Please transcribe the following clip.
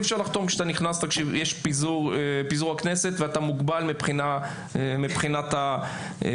אי אפשר לחתום כשיש פיזור של הכנסת ואתה מוגבל מבחינת הסמכויות.